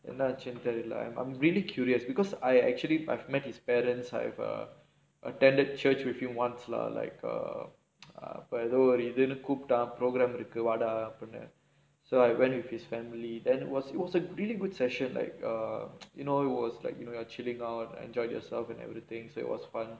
என்னாச்சுனு தெரியில:ennaachunu theriyila I'm really curious because I actually I've met his parents however attended church with him once lah like எதோ ஒரு இதுனு கூப்டான்:etho oru ithunu kooptaan program இருக்கு வாடா அப்டினு:irukku vaadaa apdinu so I went with his family then it was it was a really good session like err you know it was like you know your chilling out enjoyed yourself and everything so it was fun